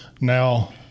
Now